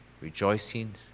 Rejoicing